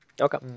okay